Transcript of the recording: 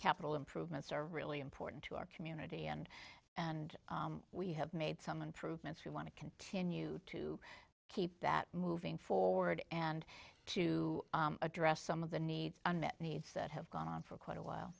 capital improvements are really important to our community and and we have made some improvements we want to continue to keep that moving forward and to address some of the needs unmet needs that have gone on for quite a while